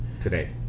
today